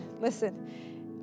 listen